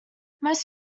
most